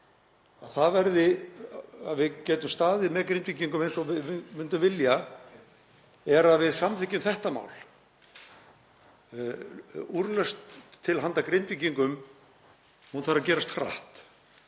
því að við getum staðið með Grindvíkingum eins og við myndum vilja sé að við samþykkjum þetta mál. Úrlausn til handa Grindvíkingum þarf að gerast hratt